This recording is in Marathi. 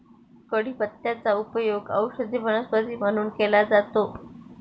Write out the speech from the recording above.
कढीपत्त्याचा उपयोग औषधी वनस्पती म्हणून केला जातो